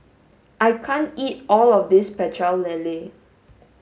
I can't eat all of this Pecel Lele